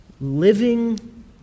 living